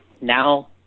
now